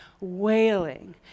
wailing